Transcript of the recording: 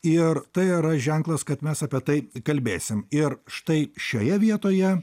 ir tai yra ženklas kad mes apie tai kalbėsim ir štai šioje vietoje